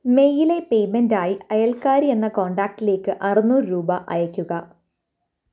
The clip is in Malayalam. മെയിലേ പേയ്മെൻ്റായി അയൽക്കാരി എന്ന കോണ്ടാക്ടിലേക്ക് അറുന്നൂറ് രൂപ അയയ്ക്കുക